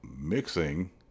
mixing